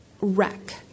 wreck